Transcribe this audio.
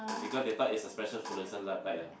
because they thought is a special fluorescent light light ah